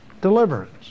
deliverance